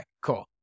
cool